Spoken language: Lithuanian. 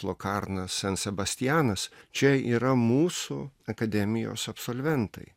lokarnas san sebastianas čia yra mūsų akademijos absolventai